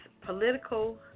political